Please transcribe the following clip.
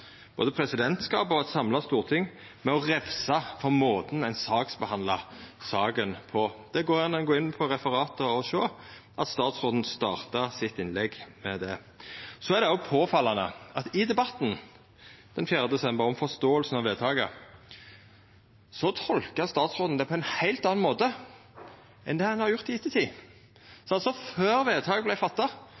både presidentskapet og eit samla storting ved å refsa måten ein saksbehandla saka på. Det går an å gå inn på referatet å sjå at statsråden starta sitt innlegg med det. Det er òg påfallande at i debatten den 4. desember om forståinga av vedtaket, tolkar statsråden det på ein heilt annan måte enn det han har gjort i ettertid. Før vedtaket vart gjorde, gav han éi beskriving av kva dette vedtaket